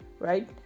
Right